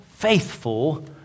Faithful